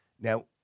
Now